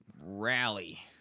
rally